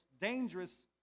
dangerous